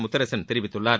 முத்தரசன் தெரிவித்துள்ளார்